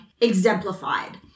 exemplified